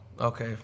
Okay